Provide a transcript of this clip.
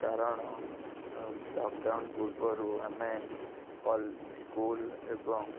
କାରଣ ଲକ୍ଡ଼ାଉନ୍ ପୂର୍ବରୁ ଆମେ କଲ୍ ସ୍କୁଲ୍ ଏବଂ